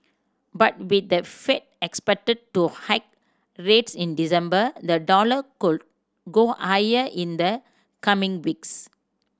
but with the Fed expected to hike rates in December the dollar could go higher in the coming weeks